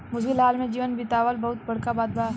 मुश्किल हाल में जीवन बीतावल बहुत बड़का बात बा